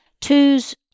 twos